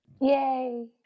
yay